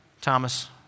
Thomas